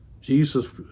Jesus